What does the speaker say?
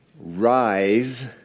Rise